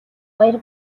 баяр